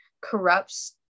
corrupts